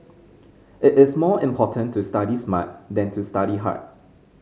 it is more important to study smart than to study hard